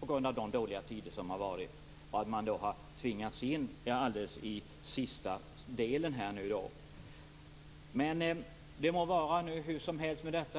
på grund av de dåliga tider som har varit och att man därför har tvingats in i detta nu på slutet. Det må vara hur som helst med detta.